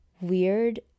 weird